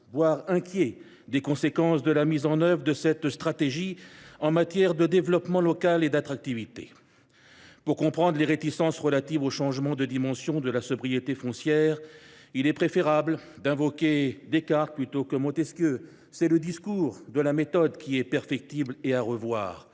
voire inquiets des conséquences de la mise en œuvre de cette stratégie en matière de développement local et d’attractivité. Pour comprendre les réticences relatives au changement de dimension de la sobriété foncière, il est préférable d’invoquer Descartes, plutôt que Montesquieu : c’est le discours de la méthode qui est perfectible et à revoir,